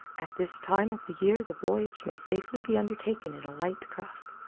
at this time of the year the voyage may safely be undertaken in a light craft.